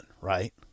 right